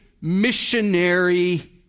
missionary